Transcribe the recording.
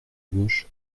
gauche